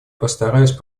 постараюсь